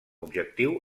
objectiu